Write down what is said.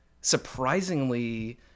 surprisingly